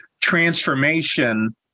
transformation